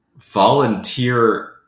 volunteer